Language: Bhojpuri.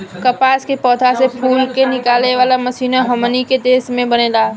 कपास के पौधा से फूल के निकाले वाला मशीनों हमनी के देश में बनेला